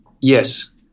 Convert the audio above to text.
Yes